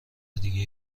دیگه